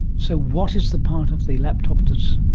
so what is the part of the laptop that's?